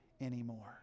anymore